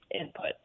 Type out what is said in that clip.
input